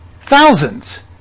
Thousands